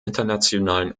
internationalen